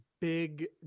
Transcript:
big